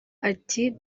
ati